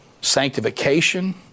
sanctification